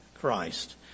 Christ